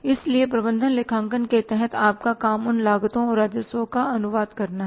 इसलिए प्रबंधन लेखांकन के तहत आपका काम उन लागतों और राजस्व का अनुवाद करना है